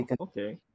Okay